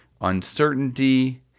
uncertainty